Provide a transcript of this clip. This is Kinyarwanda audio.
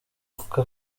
kuko